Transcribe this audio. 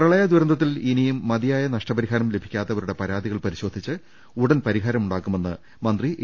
പ്രളയദുരന്തത്തിൽ ഇനിയും മതിയായ നഷ്ടപരിഹാരം ലഭിക്കാത്തവരുടെ പരാതികൾ പരിശോധിച്ച് ഉടൻ പരിഹാ രമുണ്ടാക്കുമെന്ന് മന്ത്രി എ